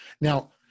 now